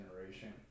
generation